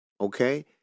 Okay